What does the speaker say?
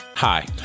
Hi